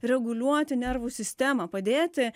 reguliuoti nervų sistemą padėti